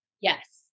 yes